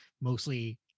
mostly